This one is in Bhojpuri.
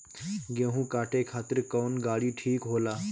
गेहूं काटे खातिर कौन गाड़ी ठीक होला?